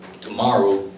tomorrow